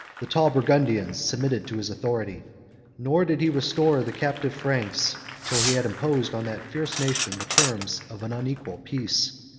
the tall burgundians submitted to his authority nor did he restore the captive franks, till he had imposed on that fierce nation the terms of an unequal peace.